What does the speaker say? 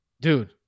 Dude